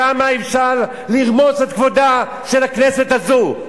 כמה אפשר לרמוס את כבודה של הכנסת הזאת?